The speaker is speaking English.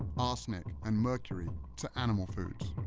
arsenic, and mercury, to animal foods.